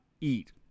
eat